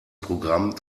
programm